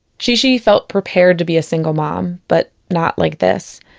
shishi felt prepared to be a single mom, but not like this.